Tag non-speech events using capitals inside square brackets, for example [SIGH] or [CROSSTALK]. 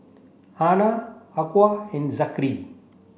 Hana [UNINTELLIGIBLE] and Zikri